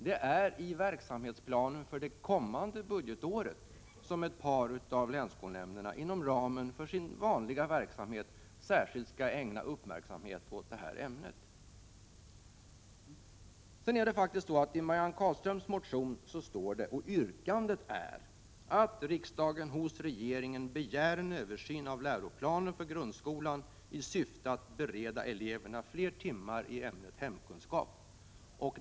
Det är i verksamhetsplanen för det kommande budgetåret som ett par av länsskolnämnderna inom ramen för sin vanliga verksamhet särskilt skall ägna uppmärksamhet åt det här ämnet. I Marianne Carlströms motion är yrkandet: att riksdagen hos regeringen begär en översyn av läroplanen för grundskolan i syfte att bereda eleverna fler timmar i ämnet hemkunskap.